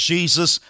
Jesus